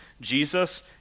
Jesus